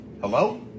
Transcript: Hello